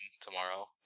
tomorrow